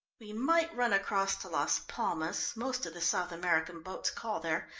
we might run across to las palmas, most of the south american boats call there,